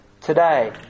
today